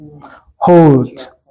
Hold